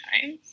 times